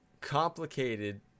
complicated